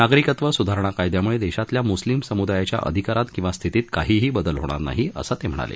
नागरिकत्व सुधारणा कायद्यामुळे देशातल्या मुस्लिम समुदायाच्या अधिकारात किंवा स्थितीत काहीही बदल होणार नाही असं त्यांनी सांगितलं